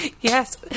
Yes